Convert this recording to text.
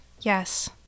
Yes